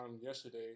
yesterday